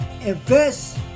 invest